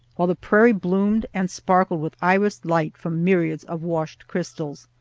while the prairie bloomed and sparkled with irised light from myriads of washed crystals.